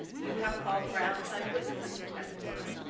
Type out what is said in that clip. you have called for outside witnesses to testify.